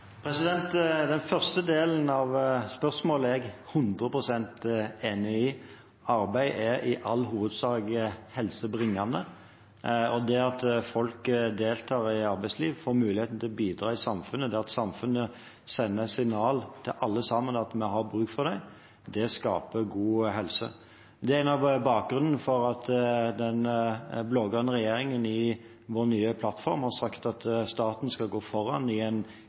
Den første delen av spørsmålet er jeg hundre prosent enig i – arbeid er i all hovedsak helsebringende, og det at folk deltar i arbeidslivet, får mulighet til å bidra i samfunnet, det at samfunnet sender signal til alle sammen om at vi har bruk for dem, skaper god helse. Det er noe av bakgrunnen for at den blå-grønne regjeringen i sin nye plattform har sagt at staten skal gå foran i en